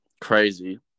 Crazy